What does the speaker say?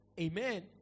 Amen